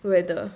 weather